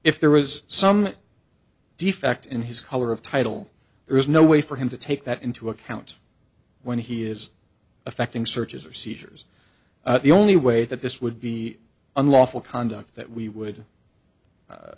if there was some defect in his color of title there is no way for him to take that into account when he is affecting searches or seizures the only way that this would be unlawful conduct that we would